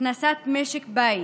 הכנסת משק בית,